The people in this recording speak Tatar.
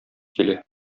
килә